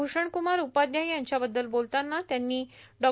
भ्रषणक्रमार उपाध्याय यांच्या बद्दल बोलताना त्यांनी डॉ